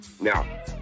Now